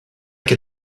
can